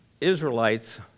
Israelites